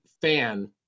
fan